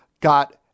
got